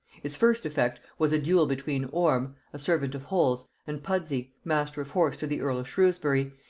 its first effect was a duel between orme, a servant of holles, and pudsey, master of horse to the earl of shrewsbury,